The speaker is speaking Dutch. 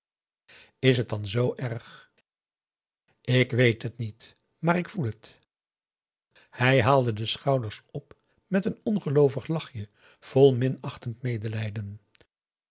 is het dan z erg ik weet het niet maar ik voel het hij haalde de schouders op met een ongeloovig lachje vol